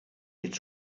dit